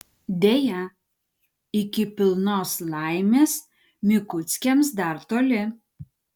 deja iki pilnos laimės mikuckiams dar toli